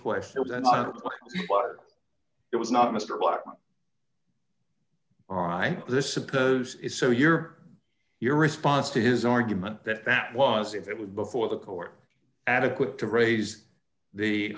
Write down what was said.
questions and it was not mr martin all right this suppose is so your your response to his argument that that was if it was before the court adequate to raise the